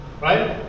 Right